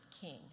king